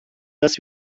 das